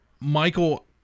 Michael